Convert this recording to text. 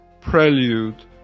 prelude